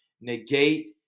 negate